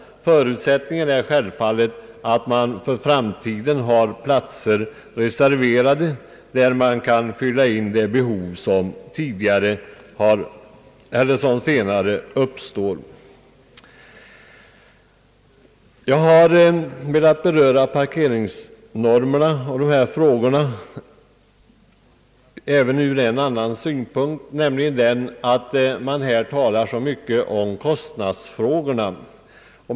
Förutsättningen är självfallet att man för framtiden har platser reserverade, så att man senare kan fylla de behov som uppstår. Jag har önskat beröra parkeringsnormerna och övriga frågor även ur en annan synvinkel, nämligen med tanke på kostnadsaspekten.